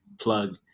plug